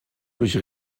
durch